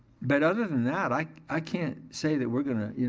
but other than that i i can't say that we're gonna,